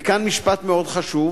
וכאן משפט מאוד חשוב: